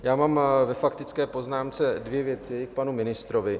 Já mám ve faktické poznámce dvě věci k panu ministrovi.